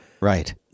Right